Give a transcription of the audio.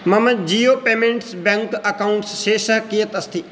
मम Jio payments bank account शेषः कियत् अस्ति